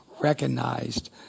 recognized